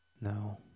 No